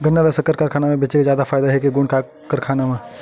गन्ना ल शक्कर कारखाना म बेचे म जादा फ़ायदा हे के गुण कारखाना म?